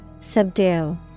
Subdue